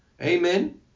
Amen